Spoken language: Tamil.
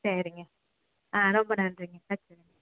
சரிங்க ஆ ரொம்ப நன்றிங்க வெச்சிட்றேங்க